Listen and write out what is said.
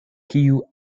kiu